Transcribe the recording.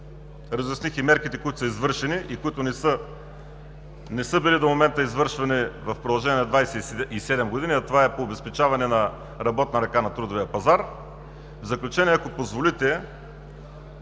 разясних и мерките, които са извършени и които не са били извършвани до момента в продължение на 27 години, а това е по обезпечаване на работна ръка на трудовия пазар. В заключение, ако позволите,